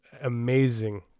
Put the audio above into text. amazing